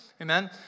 Amen